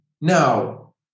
Now